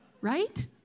right